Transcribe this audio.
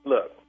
Look